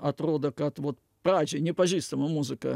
atrodo kad vot pradžiai nepažįstama muzika